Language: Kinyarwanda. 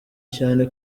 cyane